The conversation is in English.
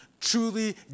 truly